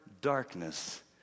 darkness